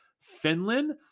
Finland